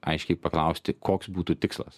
aiškiai paklausti koks būtų tikslas